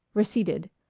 receded,